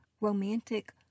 romantic